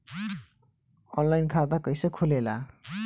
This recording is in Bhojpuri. आनलाइन खाता कइसे खुलेला?